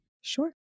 Sure